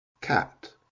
Cat